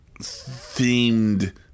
themed